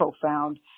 profound